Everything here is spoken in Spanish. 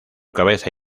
cabeza